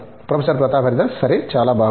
professor Pratap Haridas సరే చాలా బాగుంది